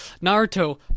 naruto